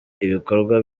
ibikorwa